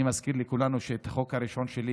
אני מזכיר לכולנו את החוק הראשון שלי,